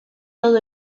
todo